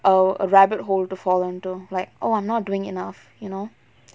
a rabbit hole to fall in to like oh I'm not doing enough you know